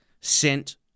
sent